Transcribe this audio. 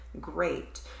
great